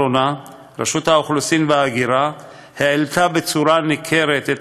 רשות האוכלוסין וההגירה העלתה במידה ניכרת את